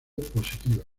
positiva